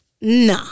Nah